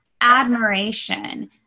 admiration